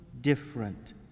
different